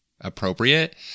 appropriate